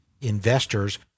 investors